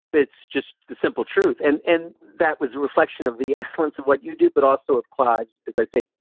but it's just the simple truth. and and that was a reflection of the essence of what you do, but also applies, as i say,